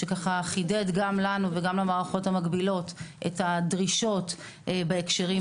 שחידד גם לנו וגם למערכות המקבילות את הדרישות בהקשרים